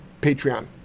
Patreon